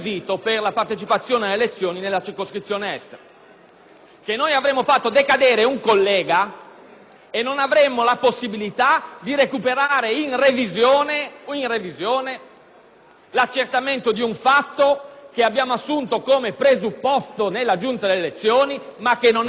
Estero: avremmo fatto decadere un collega e non avremmo la possibilità di recuperare in revisione l'accertamento di un fatto che abbiamo assunto come presupposto nella Giunta delle elezioni, ma che non era di competenza della Giunta delle elezioni medesima.